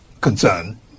concern